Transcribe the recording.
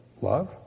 Love